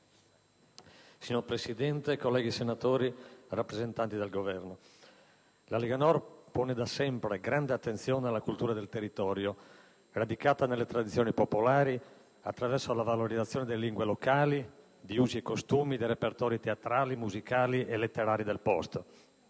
Signora Presidente, colleghi senatori, rappresentanti del Governo, la Lega Nord pone, da sempre, grande attenzione alla cultura del territorio, radicata nelle tradizioni popolari, attraverso la valorizzazione delle lingue locali, di usi e costumi, dei repertori teatrali, musicali e letterari del posto.